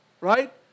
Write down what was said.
right